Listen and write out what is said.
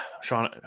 sean